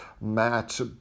match